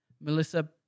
Melissa